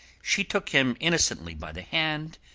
she took him innocently by the hand,